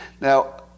Now